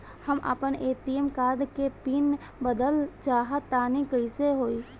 हम आपन ATM card के पीन बदलल चाहऽ तनि कइसे होई?